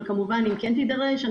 אם כן תידרש,